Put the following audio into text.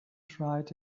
tried